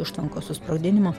užtvankos susprogdinimo